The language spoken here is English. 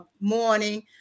morning